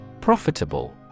Profitable